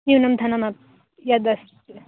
न्यूनं धनमपि यद् अस्ति